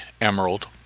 emerald